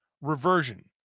reversion